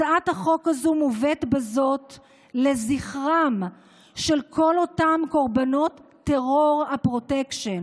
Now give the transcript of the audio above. הצעת החוק הזו מובאת בזאת לזכרם של כל אותם קורבנות טרור הפרוטקשן,